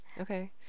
Okay